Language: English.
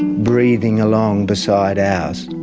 breathing along beside ours.